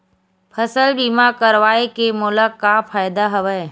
फसल बीमा करवाय के मोला का फ़ायदा हवय?